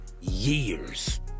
years